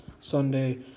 Sunday